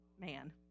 man